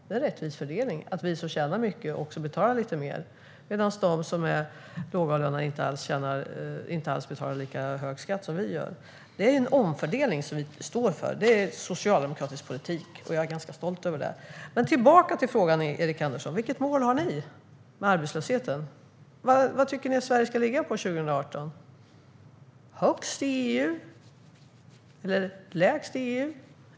Det är en rättvis fördelning att vi som tjänar mycket också betalar lite mer, medan de som är lågavlönade inte alls betalar lika hög skatt som vi. Det är en omfördelning som vi står för. Det är socialdemokratisk politik, och jag är ganska stolt över det. Men tillbaka till frågan, Erik Andersson! Vilket mål har ni för arbetslösheten? Var tycker ni att Sverige ska ligga 2018 - högst i EU, eller kanske lägst i EU?